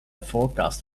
forecast